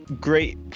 great